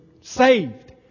saved